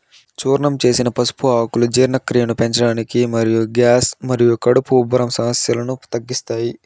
చూర్ణం చేసిన పసుపు ఆకులు జీర్ణక్రియను పెంచడానికి మరియు గ్యాస్ మరియు కడుపు ఉబ్బరం సమస్యలను తగ్గిస్తాయి